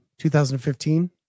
2015